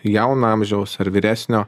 jauno amžiaus ar vyresnio